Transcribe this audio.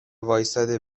واستاده